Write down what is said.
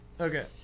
Okay